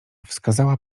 wskazała